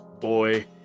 boy